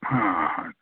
हां हां